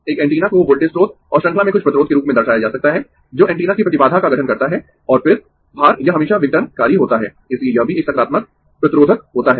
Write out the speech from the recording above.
एक एंटीना को वोल्टेज स्रोत और श्रृंखला में कुछ प्रतिरोध के रूप में दर्शाया जा सकता है जो एंटीना की प्रतिबाधा का गठन करता है और फिर भार यह हमेशा विघटनकारी होता है इसलिए यह भी एक सकारात्मक प्रतिरोधक होता है